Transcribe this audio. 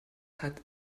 hat